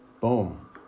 boom